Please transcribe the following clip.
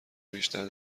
بیشتر